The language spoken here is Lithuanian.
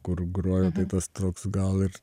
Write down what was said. kur grojote tas toks gal ir